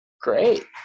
great